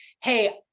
hey